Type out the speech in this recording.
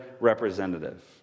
representative